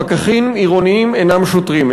פקחים עירוניים אינם שוטרים.